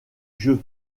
jeu